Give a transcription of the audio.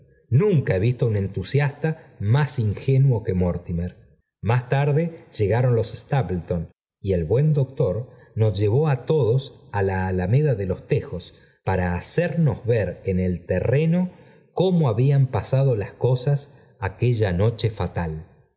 nunca he visto un entusiasta mas ingenuo que mortimer más tarde llegaron los stapleton y el buen doctor nos llevó a todos á la alameda de los tejos para hacernos ver en el terreno cómo habían pasado las cosas aquella noche fatal